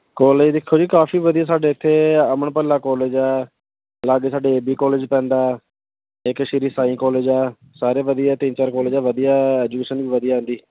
college ਦੇਖੋ ਜੀ ਕਾਫੀ ਵਧੀਆ ਸਾਡੇ ਇੱਥੇ ਅਮਨ ਭੱਲਾ ਕੋਲਜ ਹੈ ਲਾਗੇ ਸਾਡੇ ਏ ਬੀ ਕੋਲਜ ਪੈਂਦਾ ਇੱਕ ਸ਼੍ਰੀ ਸਾਈ ਕੋਲਜ ਆ ਸਾਰੇ ਵਧੀਆ ਤਿੰਨ ਚਾਰ ਕਾਲਜ ਵਧੀਆ ਐਜੂਕੇਸ਼ਨ ਵੀ ਵਧੀਆ ਜੀ ਉਹਨਾਂ ਦੀ